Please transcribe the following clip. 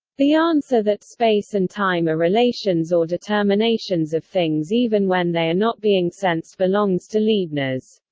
the answer that space and time are relations or determinations of things even when they are not being sensed belongs to leibniz.